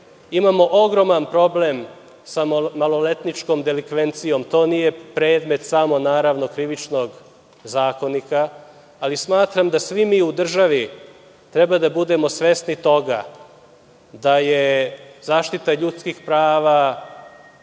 Imamo ogroman problem sa maloletničkom delikvencijom, to naravno nije predmet samo Krivičnog zakonika. Smatram da svi mi u državi treba da budemo svesni toga da je zaštita ljudskih prava,